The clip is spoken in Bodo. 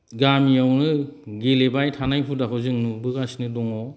गामियावनो गेलेबाय थानाय हुदाखौ जों नुबोगासिनो दङ